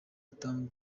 tom